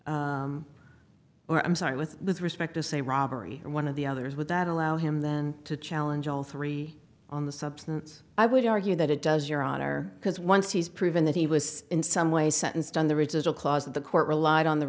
murder or i'm sorry with respect to say robbery and one of the others with that allow him then to challenge all three on the substance i would argue that it does your honor because once he's proven that he was in some way sentenced on the original clause of the court relied on the